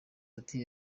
ati